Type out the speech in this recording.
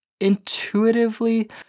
intuitively